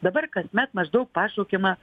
dabar kasmet maždaug pašaukiama